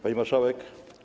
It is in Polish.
Pani Marszałek!